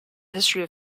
history